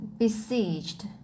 besieged